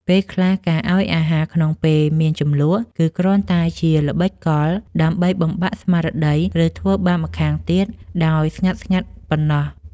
ពេលខ្លះការឱ្យអាហារក្នុងពេលមានជម្លោះគឺគ្រាន់តែជាល្បិចកលដើម្បីបំបាក់ស្មារតីឬធ្វើបាបម្ខាងទៀតដោយស្ងាត់ៗប៉ុណ្ណោះ។